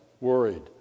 worried